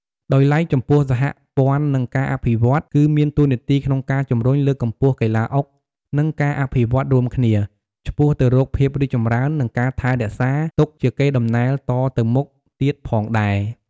ដោយឡែក ចំពោះសហព័ន្ធនិងការអភិវឌ្ឍន៍ គឺមានតួនាទីក្នុងការជំរុញ លើកកម្ពស់កីឡាអុក និងការអភិវឌ្ឍន៍រួមគ្នា ឆ្ពោះទៅរកភាពរីកចម្រើននិងការថែរក្សាទុកជាកេរតំណែលតទៅមុខទៀតផងដែរ។